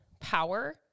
power